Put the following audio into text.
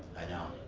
i know.